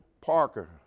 Parker